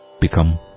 become